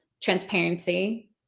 transparency